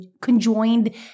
conjoined